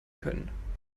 können